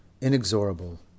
inexorable